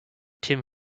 tim